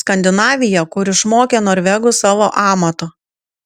skandinavija kur išmokė norvegus savo amato